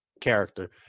character